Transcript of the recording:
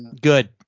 good